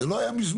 זה לא היה מזמן.